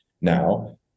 now